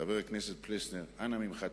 חבר הכנסת פלסנר, אנא ממך.